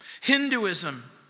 Hinduism